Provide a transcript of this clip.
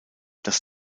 das